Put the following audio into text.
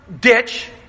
ditch